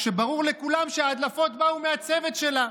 כשברור לכולם שההדלפות באו מהצוות שלה,